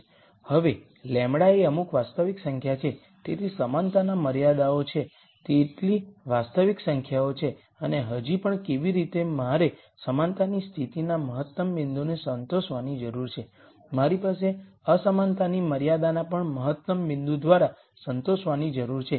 હવે λ એ અમુક વાસ્તવિક સંખ્યા છે તેથી સમાનતાના મર્યાદાઓ છે તેટલી વાસ્તવિક સંખ્યાઓ છે અને હજી પણ કેવી રીતે મારે સમાનતાની સ્થિતિના મહત્તમ બિંદુને સંતોષવાની જરૂર છે મારી પાસે અસમાનતાની મર્યાદાના પણ મહત્તમ બિંદુ દ્વારા સંતોષવાની જરૂર છે